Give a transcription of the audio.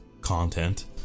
content